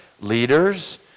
leaders